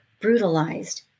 brutalized